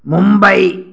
Mumbai